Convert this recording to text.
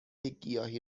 گیاهی